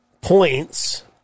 points